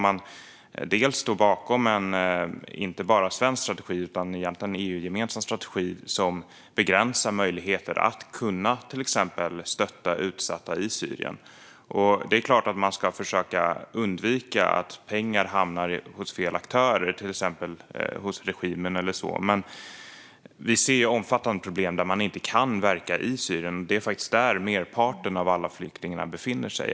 Man står bakom en inte bara svensk utan EU-gemensam strategi som begränsar möjligheten att till exempel stötta utsatta i Syrien. Det är klart att man ska försöka undvika att pengar hamnar hos fel aktörer, till exempel hos regimen. Men vi ser omfattande problem med att man inte kan verka i Syrien. Det är ändå där merparten av de syriska flyktingarna befinner sig.